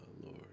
Lord